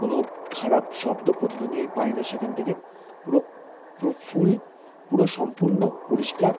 কোনো খারাপ শব্দ প্রতিধনি আমি পাই না সেখান থেকে পুরো পুরো ফুল পুরো সম্পূর্ণ পরিষ্কার